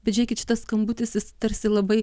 bet žiūrėkit šitas skambutis jis tarsi labai